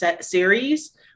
series